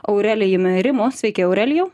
aurelijumi rimu sveiki aurelijau